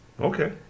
Okay